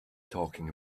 talking